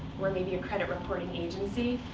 or maybe a credit reporting agency,